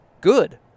good